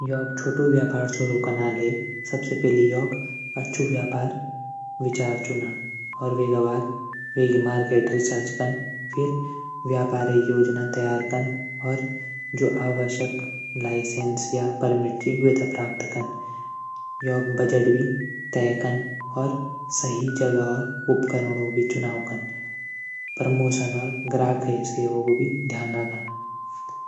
एक छुटू व्यापार शुरू कनाले सबसे पैली योक अछू व्यापार विचार चुनुण वेका बाद मार्केट रिसर्च कन फिर व्यापार योजना रिसर्च कन जू आवश्यक लाइसेंस या परमिट वे थे प्राप्त कन। योक बजट भी तय कन सही जगह और उपकरणों कु चुनाव कन। प्रमोशन और ग्राहक सेवा कू भी ध्यान रखण।